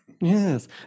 Yes